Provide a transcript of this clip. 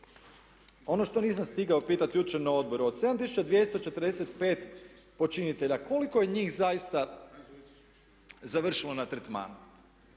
Ono što nisam stigao pitati jučer na odboru. Od 7245 počinitelja koliko je njih zaista završilo na tretmanu.